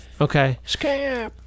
Okay